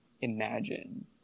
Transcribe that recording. imagine